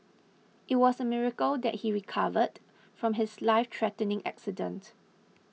it was a miracle that he recovered from his life threatening accident